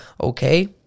okay